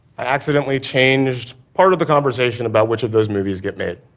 i accidentally changed part of the conversation about which of those movies get made.